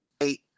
Eight